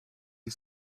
you